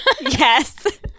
yes